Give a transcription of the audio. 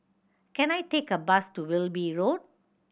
can I take a bus to Wilby Road